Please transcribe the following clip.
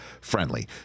friendly